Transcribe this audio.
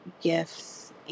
gifts